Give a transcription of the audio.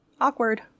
Awkward